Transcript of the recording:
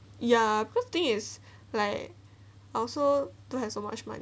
ya cause thing is like also don't have so much money